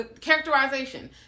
Characterization